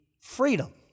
freedom